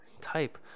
type